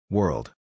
World